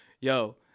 yo